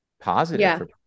positive